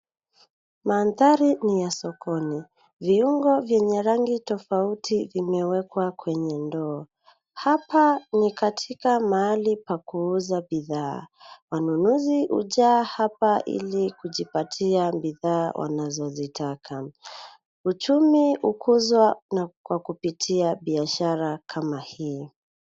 Mandhari niya sokoni. Viungo vyenye rangi tofauti vimewekwa kwenye ndoo. Hapa ni katika mahali pa kuuza bidhaa. Wanunuzi hujaa hapa ili kujipatia bidhaa wanazo taka. Uchumi hukuzwa kwa kupitia biashara kama hii.